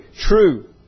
True